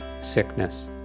sickness